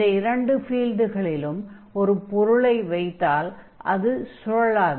இந்த இரண்டு ஃபீல்டுகளிலும் ஒரு பொருளை வைத்தால் அது சுழலாது